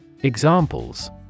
Examples